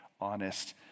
honest